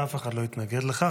ואף אחד לא התנגד לכך.